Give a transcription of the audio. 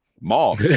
Mall